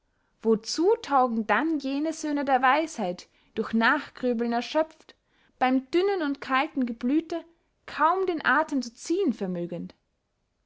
wozu taugen dann jene söhne der weisheit durch nachgrüblen erschöpft beym dünnen und kalten geblüte kaum den athem zu ziehen vermögend